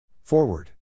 Forward